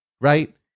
right